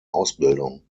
ausbildung